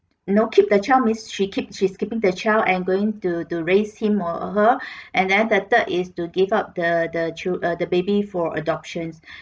you know keep the child means she keep she is keeping the child and going to to raise him or her and then better is to give up the the chil~ uh the baby for adoptions